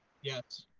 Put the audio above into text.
yes.